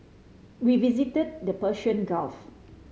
we visited the Persian Gulf